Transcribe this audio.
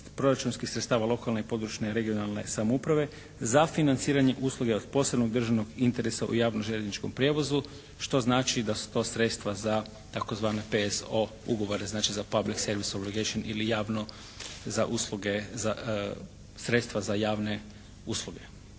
proračunskih sredstava lokalne i područne (regionalne) samouprave za financiranje usluge od posebnog državnog interesa u javnom željezničkom prijevozu što znači da su to sredstva za tzv. PSO ugovore znači za Public service obligation ili javno za usluge za, sredstva za javne usluge,